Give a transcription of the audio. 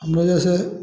हम रोज ऐसे